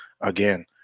again